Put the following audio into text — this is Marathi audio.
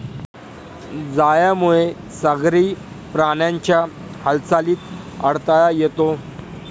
जाळ्यामुळे सागरी प्राण्यांच्या हालचालीत अडथळा येतो